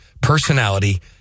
personality